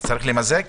את